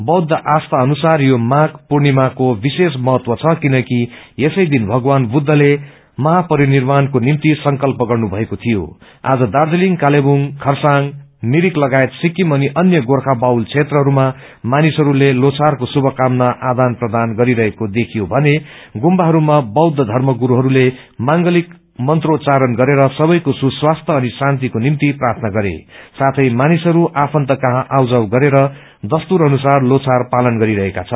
बौद्ध आस्था अनुसार यो माष पूर्णिमाको विशेष महत्त्व छ किनकि यसै दिन भगवान बुद्धले महापरिनिर्माणको निम्त संकल्प गर्नु भएको थियो आज दार्जीलिङ कालेबुङ खरसाङ मिरिक लगायत सिक्किम अनि अन्य गोर्खा बहुल क्षेत्रहरूमा मानिसहयले ल्लो छारको श्रुभकामना आदान प्रदान गरिएको देखियो भने गुम्बाहरूमाइ बौद्ध वर्मगुस्हरूले मागलक मन्त्रोप्वारण गरेर सबैको सुस्वास्थ्य अनि शान्तिको निम्ति प्रार्थना गरे साथै मानिसहरू आफन्तकहाँ आउजाउ गरेर दस्तूर अनुसार ल्लो छार पालन गरिरहेका छन्